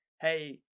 hey